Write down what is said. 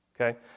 Okay